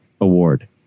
Award